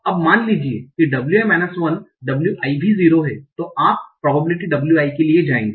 अब मान लीजिए कि wi माइनस 1 wi भी 0 है तो आप प्रॉबबिलिटि wi के लिए जाएँगे